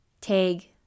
tag